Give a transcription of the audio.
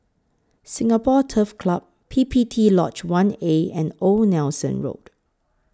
Singapore Turf Club P P T Lodge one A and Old Nelson Road